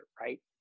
right